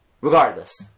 Regardless